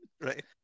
Right